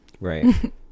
Right